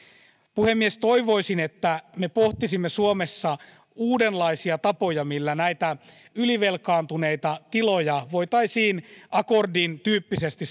puhemies toivoisin että me pohtisimme suomessa uudenlaisia tapoja millä näitä ylivelkaantuneita tiloja voitaisiin akordityyppisesti